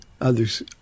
others